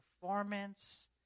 performance